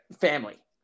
family